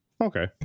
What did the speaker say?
okay